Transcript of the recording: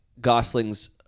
Gosling's